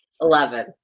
Eleven